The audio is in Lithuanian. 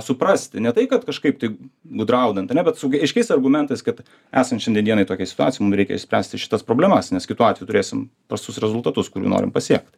suprasti ne tai kad kažkaip tai gudraudant ane bet su aiškiais argumentais kad esant šiandienai tokiai situacijai mum reikia išspręsti šitas problemas nes kitu atveju turėsim prastus rezultatus kurių norim pasiekti